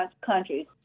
countries